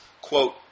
quote